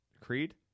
Creed